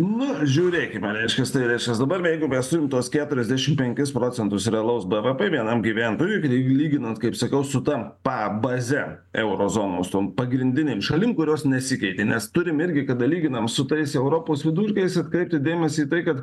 na žiūrėkime reiškias tai reiškias dabar jeigu mes turim tuos keturiasdešimt penkis procentus realaus bvp vienam gyventojui ly lyginant kaip sakiau su ta pa baze eurozonos tom pagrindinėm šalim kurios nesikeitė nes turim irgi kada lyginam su tais europos vidurkiais atkreipkit dėmesį į tai kad